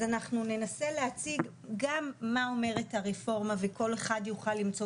אז אנחנו ננסה להציג גם מה אומרת הרפורמה וכל אחד יוכל למצוא